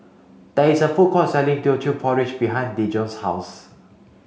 there is a food court selling Teochew porridge behind Dejon's house